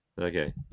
okay